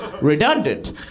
redundant